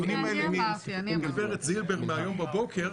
מגב' זילבר מהיום בבוקר.